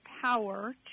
power